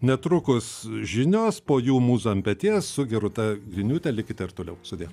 netrukus žinios po jų mūza ant peties su gerūta griniūte likite ir toliau sudie